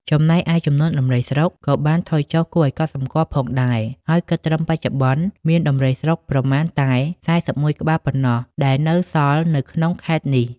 ចំណែកឯ ចំនួនដំរីស្រុកក៏បានថយចុះគួរឱ្យកត់សម្គាល់ផងដែរ ហើយគិតត្រឹមបច្ចុប្បន្នមានដំរីស្រុកប្រមាណតែ ៤១ ក្បាលប៉ុណ្ណោះដែលនៅសល់នៅក្នុងខេត្តនេះ។